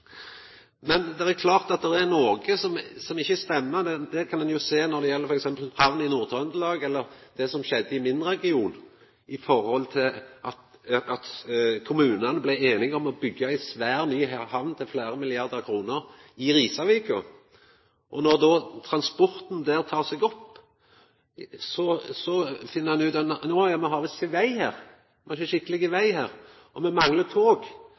Men det er klart at det er noko som ikkje stemmer. Det kan ein jo sjå når det gjeld f.eks. hamn i Nord-Trøndelag, eller det som skjedde i min region, der kommunane blei einige om å byggja ei svær, ny hamn til fleire milliardar kroner i Risavika. Når då transporten der tek seg opp, finn ein ut at me har ikkje skikkeleg veg her, og me manglar tog.